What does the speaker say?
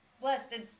blessed